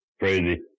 Crazy